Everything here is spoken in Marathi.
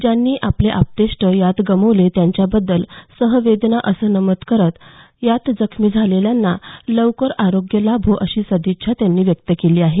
ज्यांनी आपले आप्तेष्ट यात गमावले त्यांच्याबद्दल सहवेदना असं नमुद करत यात जखमी झालेल्यांना लवकर आरोग्य लाभो अशी सदिच्छा त्यांनी व्यक्त केली आहे